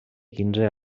quinze